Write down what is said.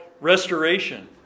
restoration